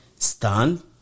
Stand